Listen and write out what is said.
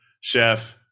chef